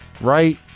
Right